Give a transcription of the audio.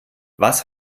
was